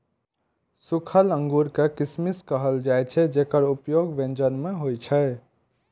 सूखल अंगूर कें किशमिश कहल जाइ छै, जेकर उपयोग व्यंजन मे होइ छै